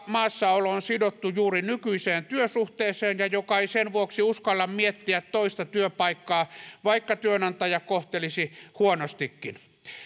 maassaolo on sidottu juuri nykyiseen työsuhteeseen ja joka ei sen vuoksi uskalla miettiä toista työpaikkaa vaikka työnantaja kohtelisi huonostikin